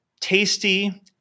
tasty